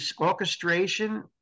orchestration